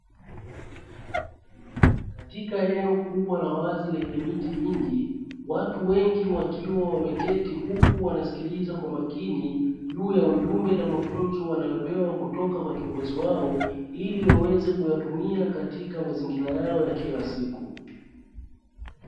Katika eneo kubwa la wazi lenye miti mingi, watu wengi wakiwa wameketi huku wanasikiliza kwa makini, juu ya ujumbe na mafunzo wanayopewa kutoka kwa kiongozi wao ili waweze kuyatumia katika mazingira yao ya kila siku.